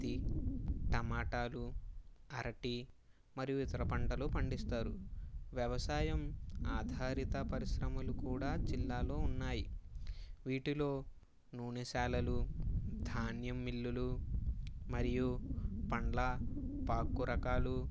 పత్తి టమాటాలు అరటి మరియు ఇతర పంటలు పండిస్తారు వ్యవసాయం ఆధారిత పరిశ్రమలు కూడా జిల్లాలో ఉన్నాయి వీటిలో నూనేశాలలు ధాన్యం మిల్లులు మరియు పండ్ల పాకు రకాలు